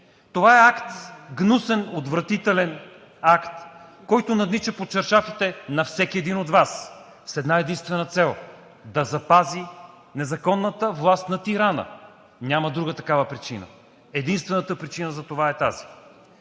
Това е акт – гнусен, отвратителен акт, който наднича под чаршафите на всеки един от Вас с една- единствена цел да запази незаконната власт на тирана. Няма друга такава причина. Единствената причина за това е тази!